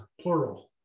plural